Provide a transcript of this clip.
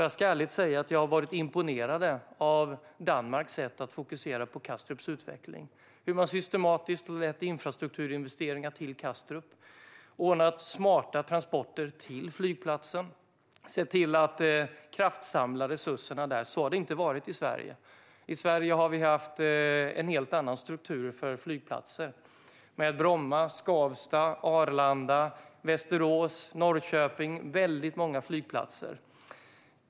Jag ska ärligt säga att jag har varit imponerad av Danmarks sätt att fokusera på Kastrups utveckling. Man har systematiskt lett infrastrukturinvesteringar till Kastrup, ordnat smarta transporter till flygplatsen och sett till att kraftsamla och sätta in resurserna där. Så har det inte varit i Sverige. Här har vi haft en helt annan struktur för flygplatser, med Bromma, Skavsta, Arlanda, Västerås och Norrköping - väldigt många flygplatser.